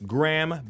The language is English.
Graham